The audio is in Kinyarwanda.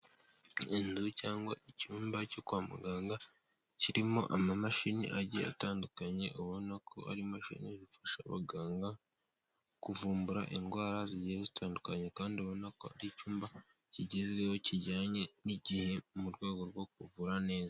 Inzu cyangwa icyumba cyo kwa muganga kirimo amamashini agiye atandukanye, ubona ko ari imashini ifasha abaganga kuvumbura indwara zigiye zitandukanye, kandi ubona ko ari icyumba kigezweho kijyanye n'igihe mu rwego rwo kuvura neza.